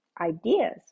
ideas